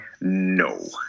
No